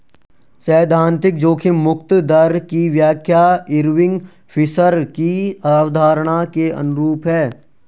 सैद्धांतिक जोखिम मुक्त दर की व्याख्या इरविंग फिशर की अवधारणा के अनुरूप है